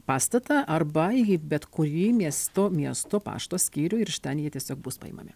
pastatą arba į bet kurį miesto miesto pašto skyrių ir iš ten jie tiesiog bus paimami